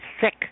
sick